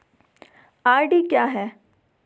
RD क्या है?